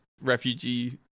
refugee